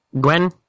Gwen